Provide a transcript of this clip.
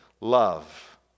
love